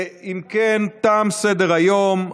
אם כן, תם סדר-היום.